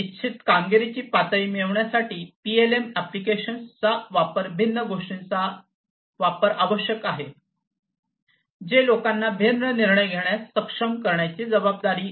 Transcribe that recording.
इच्छित कामगिरीची पातळी मिळविण्यासाठी पीएलएम एप्लिकेशन्स चा वापर भिन्न गोष्टींचा वापर आवश्यक आहे जे लोकांना भिन्न निर्णय घेण्यास सक्षम करण्यासाठी जबाबदार आहेत